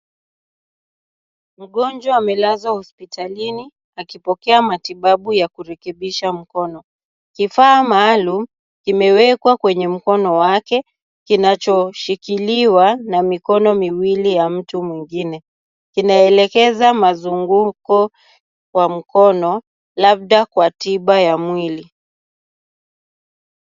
Mgonjwa amelazwa hospitalini akipokea matibabu ya kurekebisha mkono. Kifaa maalum kimewekwa kwenye mkono wake kinachoshikiliwa na mikono miwili ya mtu mwingine. Kinaelekeza mazunguko kwa mkono labda kwa tiba ya mwili.